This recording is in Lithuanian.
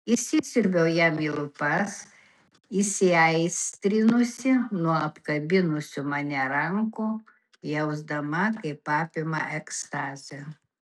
įsisiurbiau jam į lūpas įsiaistrinusi nuo apkabinusių mane rankų jausdama kaip apima ekstazė